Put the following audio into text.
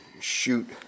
shoot